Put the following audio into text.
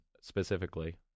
specifically